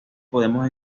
podemos